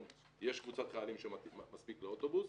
יש קבוצת חיילים שמספיק לה אוטובוס,